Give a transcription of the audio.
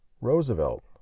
Roosevelt